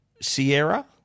Sierra